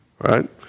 right